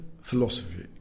philosophy